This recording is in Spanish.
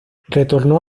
retornó